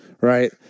right